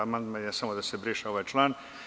Amandman je samo da se briše ovaj član.